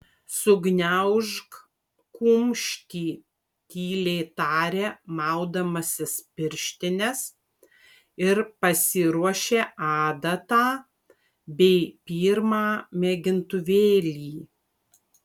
sugniaužk kumštį tyliai tarė maudamasis pirštines ir pasiruošė adatą bei pirmą mėgintuvėlį